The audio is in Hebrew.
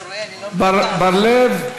עמר בר-לב.